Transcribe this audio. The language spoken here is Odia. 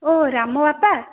ଓ ରାମ ବାପା